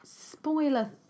spoiler